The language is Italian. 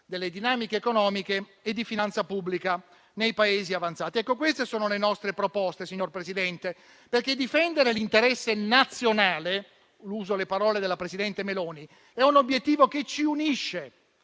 delle dinamiche economiche e di finanza pubblica, nei Paesi avanzati. Signor Presidente, queste sono le nostre proposte, perché difendere l'interesse nazionale - uso le parole della presidente Meloni - è un obiettivo che ci unisce,